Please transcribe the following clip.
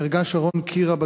נהרגה שרון קירה,